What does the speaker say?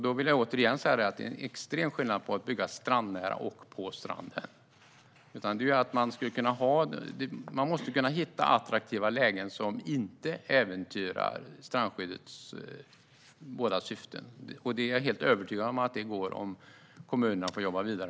Då vill jag återigen säga att det är en extrem skillnad på att bygga strandnära och att bygga på stranden. Man måste kunna hitta attraktiva lägen som inte äventyrar strandskyddets båda syften. Jag är helt övertygad om att det går, om kommunerna får jobba vidare.